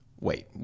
wait